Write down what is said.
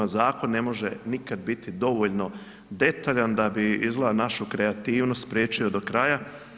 Zakon ne može nikada biti dovoljno detaljan da bi izgleda našu kreativnost spriječio do kraja.